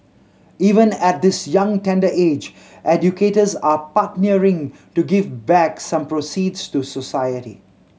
even at this young tender age educators are partnering to give back some proceeds to society